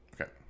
Okay